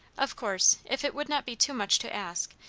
of course, if it would not be too much to ask,